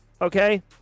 okay